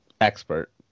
expert